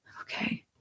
Okay